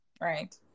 Right